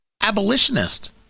abolitionist